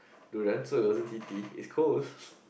durian so it wasn't heaty it's cold